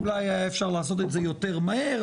אולי היה אפשר לעשות את זה יותר מהר,